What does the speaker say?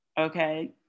okay